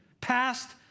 passed